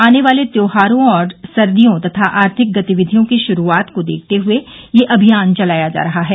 आने वाले त्योहारों और सर्दियों तथा आर्थिक गतिविधियों की शुरुआत को देखते हुए यह अभियान चलाया जा रहा है